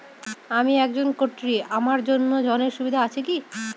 আমি একজন কট্টি আমার জন্য ঋণের সুবিধা আছে কি?